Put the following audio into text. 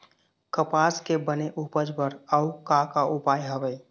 कपास के बने उपज बर अउ का का उपाय हवे?